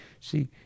see